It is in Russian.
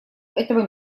этого